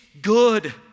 good